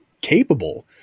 capable